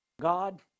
God